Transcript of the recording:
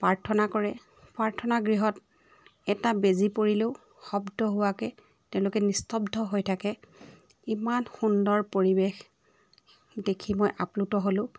প্ৰাৰ্থনা কৰে প্ৰাৰ্থনাগৃহত এটা বেজী পৰিলেও শব্দ হোৱাকৈ তেওঁলোকে নিস্তব্ধ হৈ থাকে ইমান সুন্দৰ পৰিৱেশ দেখি মই আপ্লুত হ'লোঁ